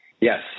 Yes